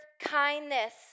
kindness